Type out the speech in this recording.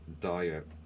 diet